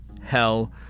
Hell